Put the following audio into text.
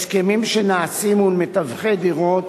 הסכמים שנעשים מול מתווכי דירות